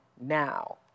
now